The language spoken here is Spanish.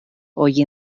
hoy